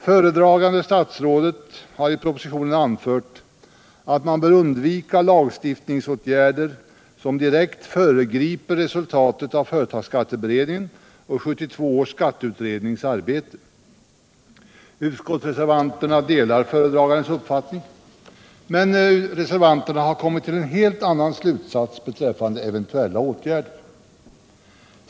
Föredragande statsrådet har i propositionen anfört att man bör undvika lagstiftningsåtgärder som direkt föregriper resultatet av företagsskatteberedningen och 1972 års skatteutrednings arbete. Utskottsreservanterna delar föredragandens uppfattning, men vi har kommit till en helt annan slutsats beträffande eventuella åtgärder.